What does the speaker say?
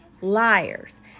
liars